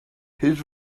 his